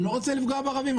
אני לא רוצה לפגוע בערבים,